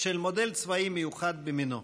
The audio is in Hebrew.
של מודל צבאי מיוחד במינו,